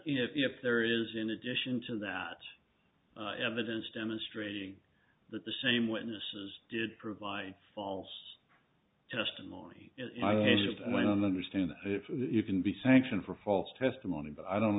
house if there is in addition to that evidence demonstrating that the same witnesses did provide false testimony under stand you can be sanctioned for false testimony but i don't